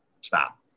stop